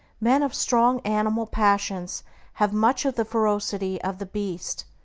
men of strong animal passions have much of the ferocity of the beast,